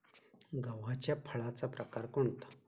गव्हाच्या फळाचा प्रकार कोणता?